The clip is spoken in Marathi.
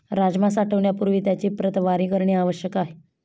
राजमा साठवण्यापूर्वी त्याची प्रतवारी करणे आवश्यक आहे